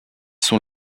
sont